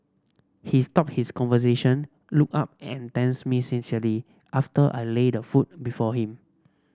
he stopped his conversation looked up and thanks me sincerely after I laid the food before him